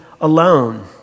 alone